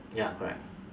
ya correct